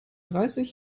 dreißig